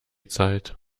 zeit